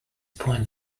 point